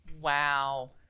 Wow